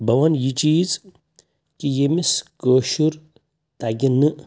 بٕہ وَنہٕ یہِ چیٖز کہِ ییٚمِس کٲشُر تَگہِ نہٕ